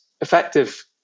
effective